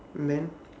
and then